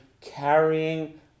carrying